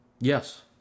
Yes